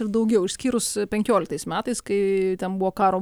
ir daugiau išskyrus penkioliktais metais kai ten buvo karo